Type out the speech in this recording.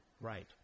Right